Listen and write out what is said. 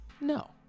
No